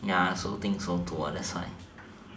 ya I also think so too that's why